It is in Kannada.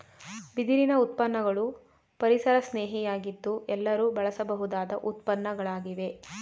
ಬಿದಿರಿನ ಉತ್ಪನ್ನಗಳು ಪರಿಸರಸ್ನೇಹಿ ಯಾಗಿದ್ದು ಎಲ್ಲರೂ ಬಳಸಬಹುದಾದ ಉತ್ಪನ್ನಗಳಾಗಿವೆ